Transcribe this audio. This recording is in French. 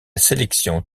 sélection